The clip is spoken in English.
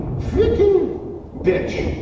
fucking bitch.